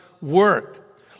work